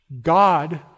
God